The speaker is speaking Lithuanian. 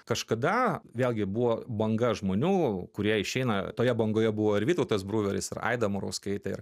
kažkada vėlgi buvo banga žmonių kurie išeina toje bangoje buvo ir vytautas bruveris ir aida murauskaitė